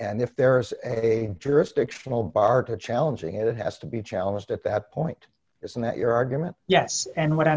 and if there is a jurisdictional bar to challenging it d has to be challenged at that point isn't that your argument yes and what i'm